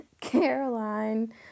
Caroline